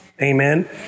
Amen